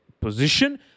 position